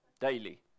daily